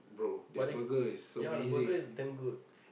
but the ya the burger is damn good